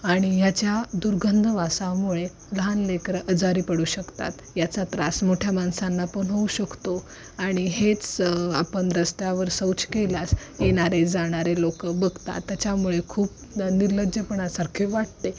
आणि याच्या दुर्गध वासामुळे लहान लेकरं आजारी पडू शकतात याचा त्रास मोठ्या माणसांना पण होऊ शकतो आणि हेच आपण रस्त्यावर शौच केलास येणारे जाणारे लोक बघतात त्याच्यामुळे खूप निर्लज्जपणासारखे वाटते